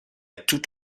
toutes